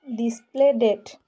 display date